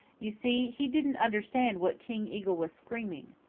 you see, he didn't understand what king eagle was screaming.